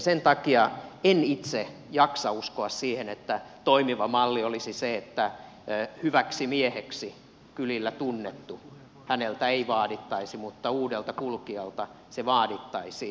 sen takia en itse jaksa uskoa siihen että toimiva malli olisi se että siltä joka on hyväksi mieheksi kylillä tunnettu ei vaadittaisi mutta uudelta kulkijalta se vaadittaisiin